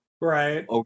Right